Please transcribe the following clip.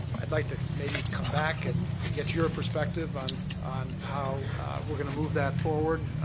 i'd like to maybe come back and get your perspective on on how we're going to move that forward.